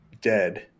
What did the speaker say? dead